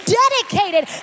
dedicated